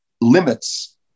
limits